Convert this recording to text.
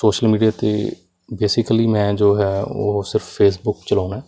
social media 'ਤੇ basically ਮੈਂ ਜੋ ਹੈ ਉਹ ਸਿਰਫ ਫੇਸਬੁੱਕ ਚਲਾਉਂਦਾ